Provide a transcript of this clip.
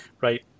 right